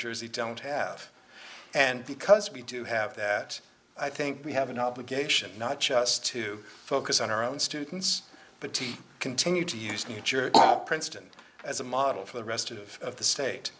jersey don't have and because we do have that i think we have an obligation not just to focus on our own students but to continue to use new jersey princeton as a model for the rest of the state